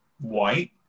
white